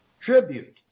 tribute